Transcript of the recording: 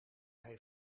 hij